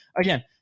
again